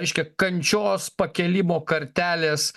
reiškia kančios pakėlimo kartelės